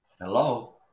Hello